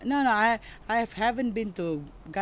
no no I I have haven't been to gar~